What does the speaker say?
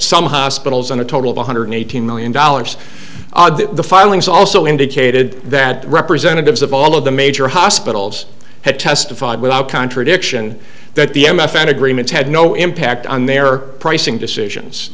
some hospitals on a total of one hundred eighteen million dollars the filings also indicated that representatives of all of the major hospitals had testified without contradiction that the m f found agreement had no impact on their pricing decisions